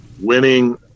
winning